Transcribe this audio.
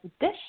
dish